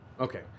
Okay